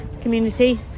community